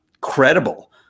credible